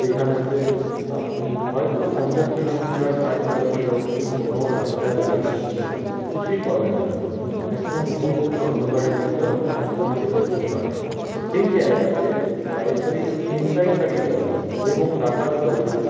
যেখানেতে আপনি হয়তো পঞ্চাশ কিলোমিটার ষাট কিলোমিটার অবধি কোনো রাস্তায় লাইট কি কিছুই পাবেন না একদম ঘুটঘুটে অন্ধকারের মধ্যেও আপনার অনেক সময় যেতে হতে পারে সেই জায়গাতে প্রায়শই ছিনতাইকারী দল এবং ডাকাত দলের